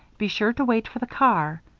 be sure to wait for the car.